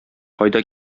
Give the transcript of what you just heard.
кайда